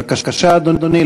בבקשה, אדוני.